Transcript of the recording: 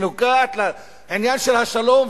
שנוגעת לעניין השלום,